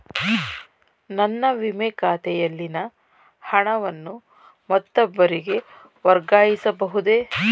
ನನ್ನ ವಿಮೆ ಖಾತೆಯಲ್ಲಿನ ಹಣವನ್ನು ಮತ್ತೊಬ್ಬರಿಗೆ ವರ್ಗಾಯಿಸ ಬಹುದೇ?